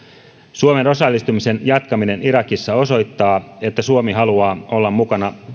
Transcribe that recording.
suomen osallistumisen jatkaminen irakissa osoittaa että suomi haluaa olla mukana